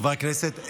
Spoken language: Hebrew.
חברי הכנסת,